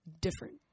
different